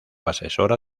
asesora